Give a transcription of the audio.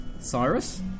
Cyrus